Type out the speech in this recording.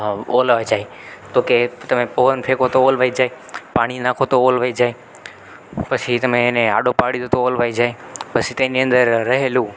ઓલવાઈ જાય તોકે તમે પવન ફેંકો તો ઓલવાઈ જ જાય પાણી નાખો તો ઓલવાઈ જાય પછી તમે એને આડો પાડી દો તો ઓલવાઈ જાય પછી તેની અંદર રહેલું